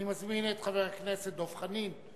אני מזמין את חבר הכנסת דב חנין,